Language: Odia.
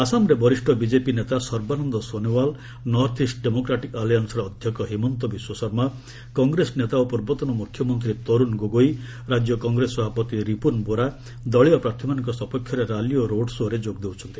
ଆସାମରେ ବରିଷ୍ଣ ବିଜେପି ନେତା ସର୍ବାନନ୍ଦ ସୋନେୱାଲ ନର୍ଥଇଷ୍ଟ ଡେମୋକ୍ରାଟିକ ଆଲିଆନ୍ନର ଅଧ୍ୟକ୍ଷ ହିମନ୍ତ ବିଶ୍ୱଶର୍ମା କଂଗ୍ରେସ ନେତା ଓ ପୂର୍ବତନ ମୁଖ୍ୟମନ୍ତ୍ରୀ ତରୁନ ଗୋଗେଇ ରାଜ୍ୟ କଗ୍ରେସ ସଭାପତି ରିପୁନବୋରା ଦଳୀୟ ପାର୍ଥୀମାନଙ୍କ ସପକ୍ଷରେ ର୍ୟାଲି ଓ ରୋଡ୍ ଶୋ'ରେ ଯୋଗ ଦେଉଛନ୍ତି